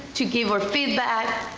to give our feedback,